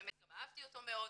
האמת גם אהבתי אותו מאוד,